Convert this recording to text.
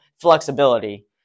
flexibility